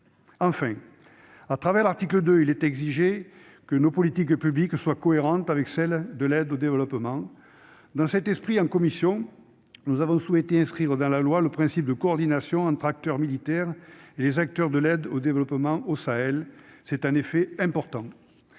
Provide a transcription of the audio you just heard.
Enfin, au travers de l'article 2, il est exigé que nos politiques publiques soient cohérentes avec celle de l'aide au développement. Dans cet esprit, en commission, nous avons souhaité inscrire dans la loi le principe de coordination entre les acteurs militaires et les acteurs de l'aide au développement au Sahel. C'est en effet important.